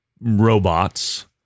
robots